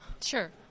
sure